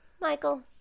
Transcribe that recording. Michael